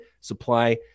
supply